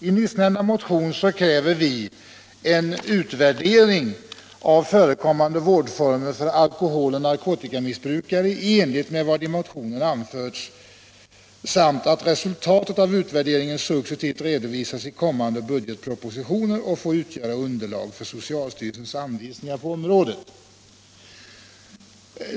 I nyssnämnda motion kräver vi en utvärdering av förekommande vårdformer för alkoholoch narkotikamissbrukare i enlighet med vad i motionen anförts samt att resultatet av utvärderingen successivt redovisas i kommande budgetpropositioner och får utgöra underlag för socialstyrelsens anvisningar på området.